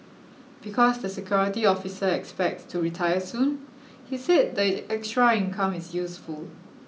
because the security officer expects to retire soon he said the extra income is useful